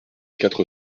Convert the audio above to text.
quatre